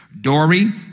dory